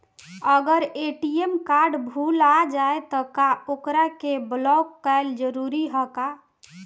अगर ATM card भूला जाए त का ओकरा के बलौक कैल जरूरी है का?